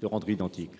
de rendre identiques.